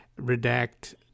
redact